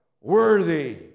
worthy